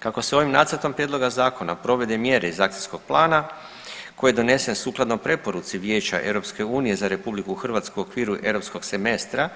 Kako se ovim nacrtom prijedloga zakona provode mjere iz akcijskog plana koji je donesen sukladno preporuci Vijeća EU za RH u okviru europskog semestra,